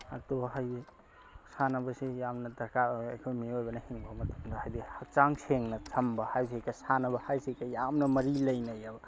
ꯑꯗꯣ ꯍꯥꯏꯗꯤ ꯁꯥꯟꯅꯕꯁꯤ ꯌꯥꯝꯅ ꯗꯔꯀꯥꯔ ꯑꯣꯏ ꯑꯩꯈꯣꯏ ꯃꯤꯑꯣꯏꯕꯅ ꯍꯤꯡꯕ ꯃꯇꯝꯗ ꯍꯥꯏꯗꯤ ꯍꯛꯆꯥꯡ ꯁꯦꯡꯅ ꯊꯝꯕ ꯍꯥꯏꯁꯤꯒ ꯁꯥꯟꯅꯕ ꯍꯥꯏꯁꯤꯒ ꯌꯥꯝꯅ ꯃꯔꯤ ꯂꯩꯅꯩꯑꯦꯕ